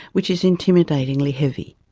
which is intimidatingly heavy.